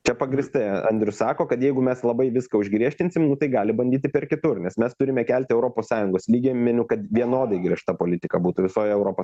čia pagrįstai andrius sako kad jeigu mes labai viską užgriežtinsim nu tai gali bandyti per kitur nes mes turime kelti europos sąjungos lygmeniu kad vienodai griežta politika būtų visoj europos